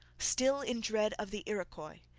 still in dread of the iroquois,